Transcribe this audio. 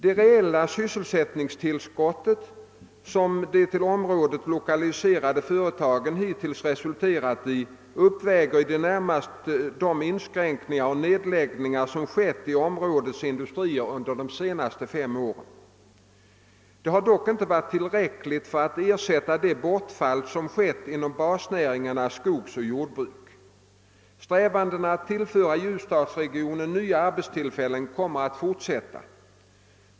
Det reella sysselsättningstillskott som de till området lokaliserade företagen hittills resulterat i uppväger i det närmaste de inskränkningar och nedläggningar som skett i områdets industrier de senaste fem åren. Det har dock inte varit tillräckligt för att ersätta det bortfall som skett inom basnäringarna skogsoch jordbruk. Strävandena att tillföra Ljusdalsregionen nya arbetstillfällen kommer att fortsätta.